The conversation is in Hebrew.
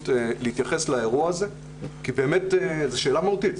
להתייחס לאירוע הזה כי באמת זאת שאלה מהותית.